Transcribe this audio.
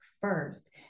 first